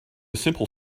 simple